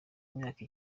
imyaka